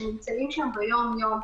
שנמצאים שם ביום-יום.